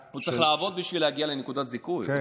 הוא צריך לעבוד בשביל להגיע לנקודת זיכוי.